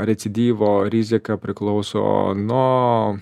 recidyvo rizika priklauso nuo